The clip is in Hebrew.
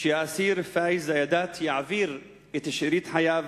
שהאסיר פאיז זיאדאת יעביר את שארית חייו